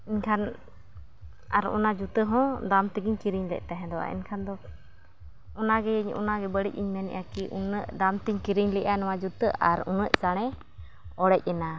ᱮᱱᱠᱷᱟᱱ ᱟᱨ ᱚᱱᱟ ᱡᱩᱛᱟᱹᱦᱚᱸ ᱫᱟᱢᱛᱮᱜᱮᱧ ᱠᱤᱨᱤᱧᱞᱮᱫ ᱛᱟᱦᱮᱸᱫᱚ ᱮᱱᱠᱷᱟᱱ ᱫᱚ ᱚᱱᱟᱜᱮ ᱤᱧ ᱚᱱᱟᱜᱮ ᱵᱟᱹᱲᱤᱡᱤᱧ ᱢᱮᱱᱮᱜᱼᱟ ᱠᱤ ᱩᱱᱟᱹᱜ ᱫᱟᱢᱛᱮᱧ ᱠᱤᱨᱤᱧ ᱞᱮᱫᱼᱟ ᱱᱚᱣᱟ ᱡᱩᱛᱟᱹ ᱟᱨ ᱩᱱᱟᱹᱜ ᱪᱟᱬᱮ ᱚᱲᱮᱡᱮᱱᱟ